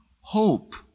Hope